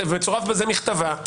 ומצ"ב מכתבה.